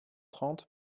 trente